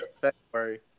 February